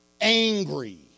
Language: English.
angry